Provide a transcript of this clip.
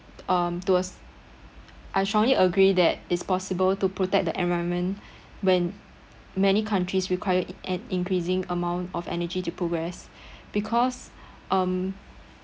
um towards I strongly agree that it's possible to protect the environment when many countries require an increasing amount of energy to progress because um